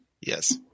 Yes